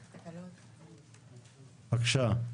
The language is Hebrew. בבקשה.